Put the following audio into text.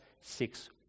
six